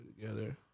together